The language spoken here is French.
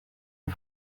une